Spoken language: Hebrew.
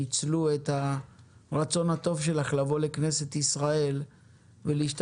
שניצלו את הרצון הטוב שלך לבוא לכנסת ישראל ולהשתתף